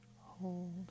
hold